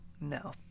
No